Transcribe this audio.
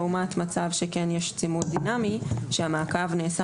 לעומת מצב שכן יש צימוד דינמי והמעקב נעשה